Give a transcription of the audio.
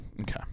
Okay